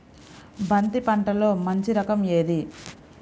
బంతి పంటలో మంచి రకం ఏది?